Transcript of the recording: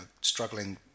struggling